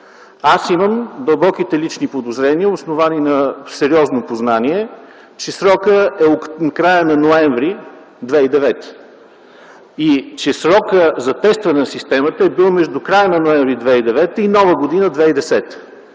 Аз имам дълбоките лични подозрения, основани на сериозно познание, че срокът е краят на м. ноември 2009 г. И че срокът за тестване на системата е бил между краят на м. ноември 2009 г. и Нова година – 2010